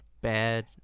bad